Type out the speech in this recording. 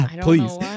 please